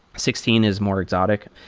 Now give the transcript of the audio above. sixteen is more exotic,